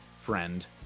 friend